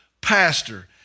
pastor